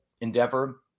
endeavor